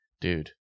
Dude